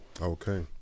Okay